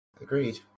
Agreed